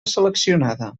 seleccionada